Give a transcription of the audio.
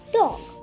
dog